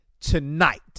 tonight